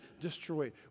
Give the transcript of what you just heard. destroyed